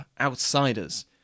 outsiders